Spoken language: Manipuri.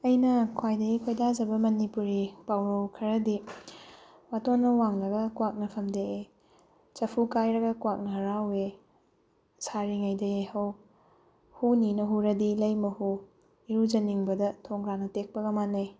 ꯑꯩꯅ ꯈ꯭ꯋꯥꯏꯗꯒꯤ ꯈꯣꯏꯗꯥꯖꯕ ꯃꯅꯤꯄꯨꯔꯤ ꯄꯥꯎꯔꯧ ꯈꯔꯗꯤ ꯋꯥꯇꯣꯟꯅ ꯋꯥꯡꯂꯒ ꯀ꯭ꯋꯥꯛꯅ ꯐꯝꯗꯦꯛꯏ ꯆꯐꯨ ꯀꯥꯏꯔꯒ ꯀ꯭ꯋꯥꯛꯅ ꯍꯔꯥꯎꯏ ꯁꯥꯔꯤꯉꯩꯗ ꯌꯩꯍꯧ ꯍꯨꯅꯤꯅ ꯍꯨꯔꯗꯤ ꯂꯩꯃ ꯍꯨ ꯏꯔꯨꯖꯅꯤꯡꯕꯗ ꯊꯣꯡꯒ꯭ꯔꯥꯅ ꯇꯦꯛꯄꯒ ꯃꯥꯟꯅꯩ